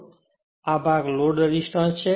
તેથી આ ભાગ લોડ રેસિસ્ટન્સ હશે